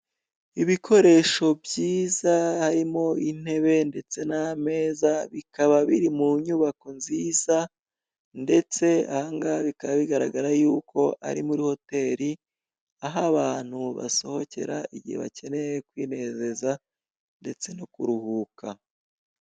Ibikoresho byiza harimo intebe ndetse n'ameza bikaba biri mu nyubako nziza ndetse ahangaha bikaba bigaragara ko ari muri hoteli aho abantu basohokera igihe bakeneye kwinezeza ndetse no kuruhuka.